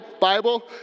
Bible